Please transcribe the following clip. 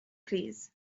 plîs